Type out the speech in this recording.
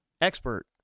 expert